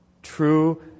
True